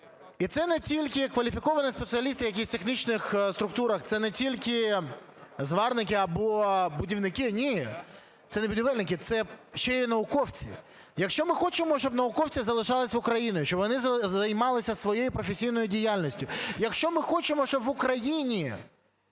І це не тільки кваліфіковані спеціалісти в якихось технічних структурах, це не тільки зварники або будівники – ні! Це не будівельники, це ще й науковці. Якщо ми хочемо, щоби науковці залишалися в Україні, щоб вони займалися своєю професійною діяльністю, якщо ми хочемо, щоб в Україні